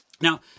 Now